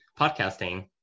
podcasting